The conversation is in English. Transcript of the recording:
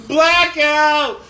Blackout